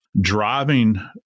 driving